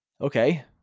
Okay